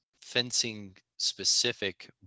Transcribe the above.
fencing-specific